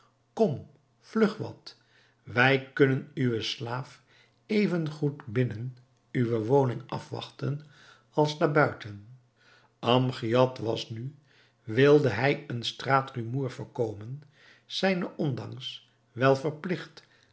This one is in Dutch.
kom vlug wat wij kunnen uwen slaaf even goed binnen uwe woning afwachten als daar buiten amgiad was nu wilde hij een straatrumoer voorkomen zijns ondanks wel verpligt